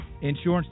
Insurance